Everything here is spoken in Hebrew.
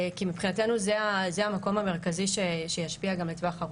כי מבחינתנו זה המקום המרכזי שישפיע גם לטווח ארוך.